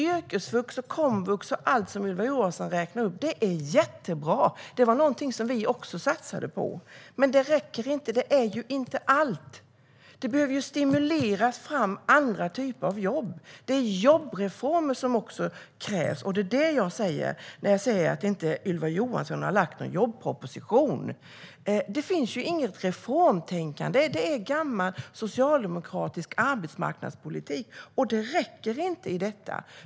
Yrkesvux, komvux och allt som Ylva Johansson räknar upp är jättebra. Vi satsade också på dem. Men de räcker inte. De är inte allt. Det behöver stimuleras fram andra typer av jobb. Det krävs jobbreformer; och det är vad jag menar när jag säger att Ylva Johansson inte har lagt fram någon jobbproposition. Det finns inget reformtänkande. Det är fråga om gammal socialdemokratisk arbetsmarknadspolitik. Det räcker inte.